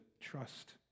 trust